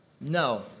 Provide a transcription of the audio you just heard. No